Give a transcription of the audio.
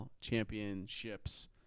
championships